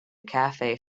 cafe